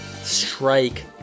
Strike